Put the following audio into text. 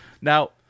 Now